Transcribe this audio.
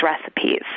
recipes